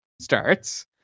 starts